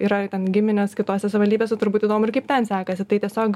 yra ten giminės kitose savivaldybėse turbūt įdomu ir kaip ten sekasi tai tiesiog